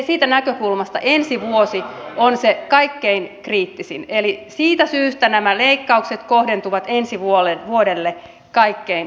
siitä näkökulmasta ensi vuosi on se kaikkein kriittisin eli siitä syystä nämä leikkaukset kohdentuvat ensi vuodelle kaikkein kovimmin